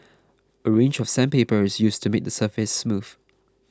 a range of sandpaper is used to make the surface smooth